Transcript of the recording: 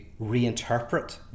reinterpret